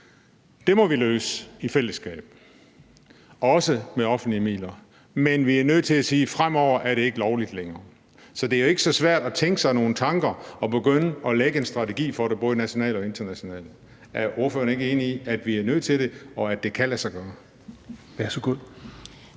Det må vi løse i fællesskab og også med offentlige midler, men vi er nødt til at sige, at fremover er det ikke lovligt længere. Så det er jo ikke så svært at tænke sådan nogle tanker og begynde at lægge en strategi for det både nationalt og internationalt. Er ordføreren ikke enig i, at vi er nødt til det, og at det kan lade sig gøre?